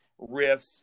riffs